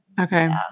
Okay